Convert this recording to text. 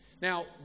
Now